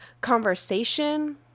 conversation